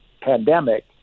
pandemic